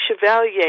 Chevalier